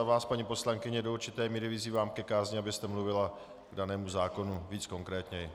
A vás, paní poslankyně, do určité míry vyzývám ke kázni, abyste mluvila k danému zákonu více konkrétně.